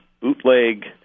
bootleg